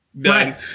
done